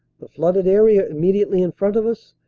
the flooded area immediately in front of us,